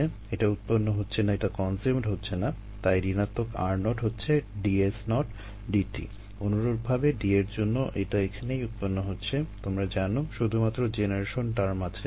এটা উৎপন্ন হচ্ছে না এটা কনজিউমড হচ্ছে না তাই ঋণাত্মক r0 হচ্ছে dS0 dt অনুরূপভাবে D এর জন্য এটা এখানেই উৎপন্ন হচ্ছে তোমরা জানো শুধু মাত্র জেনারেশন টার্ম আছে এখানে